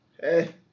Hey